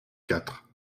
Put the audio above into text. quatre